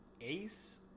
Ace